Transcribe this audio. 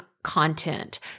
content